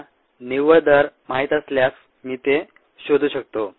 मला निव्वळ दर माहित असल्यास मी ते शोधू शकतो